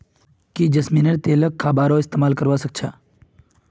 की जैस्मिनेर तेलक खाबारो इस्तमाल करवा सख छ